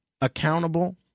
accountable